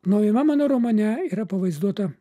naujame mano romane yra pavaizduota